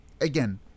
again